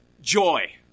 joy